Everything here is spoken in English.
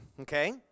okay